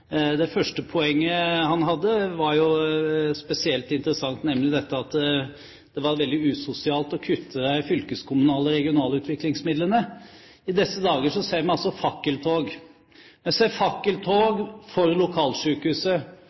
Det første poenget han hadde, var jo spesielt interessant, nemlig dette at det var veldig usosialt å kutte de fylkeskommunale regionalutviklingsmidlene. I disse dager ser vi altså fakkeltog – vi ser fakkeltog for lokalsykehuset,